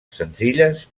senzilles